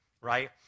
right